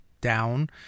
down